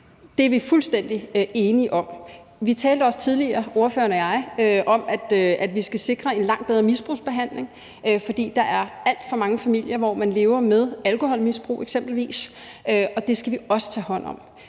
Det er vi fuldstændig enige om. Vi talte også tidligere om, ordføreren og jeg, at vi skal sikre en langt bedre misbrugsbehandling, for der er alt for mange familier, hvor man lever med eksempelvis alkoholmisbrug, og det skal vi også tage hånd om.